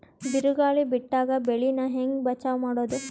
ಬಿರುಗಾಳಿ ಬಿಟ್ಟಾಗ ಬೆಳಿ ನಾ ಹೆಂಗ ಬಚಾವ್ ಮಾಡೊದು?